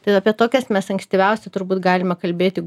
tad apie tokias mes ankstyviausia turbūt galima kalbėti